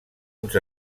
uns